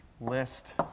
list